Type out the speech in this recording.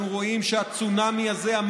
אנחנו רואים שהצונאמי הזה,